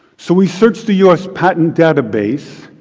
so we searched the us patent database,